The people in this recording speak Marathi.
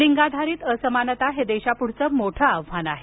लिंगाधारीत असमानता हे देशापुढील मोठं आर्थिक आव्हान आहे